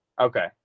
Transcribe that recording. Okay